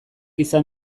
izan